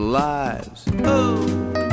lives